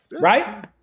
Right